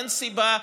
אין סיבה,